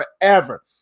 forever